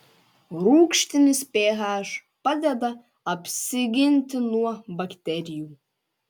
rūgštinis ph padeda apsiginti nuo bakterijų